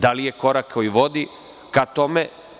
Da li je korak koji vodi ka tome?